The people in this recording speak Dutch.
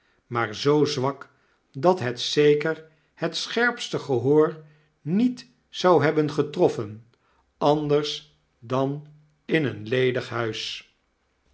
maar zoo zwak dat het zeker het scherpste gehoor niet zou hebben getroffen anders dan in een ledig huis